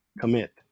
commit